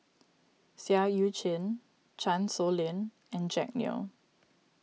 Seah Eu Chin Chan Sow Lin and Jack Neo